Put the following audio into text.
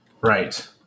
Right